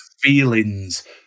feelings